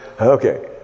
Okay